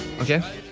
Okay